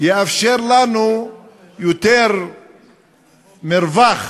יאפשר לנו יותר מרווח